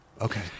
Okay